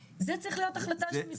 זו צריכה להיות החלטה של משרד הבריאות.